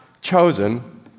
chosen